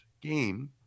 game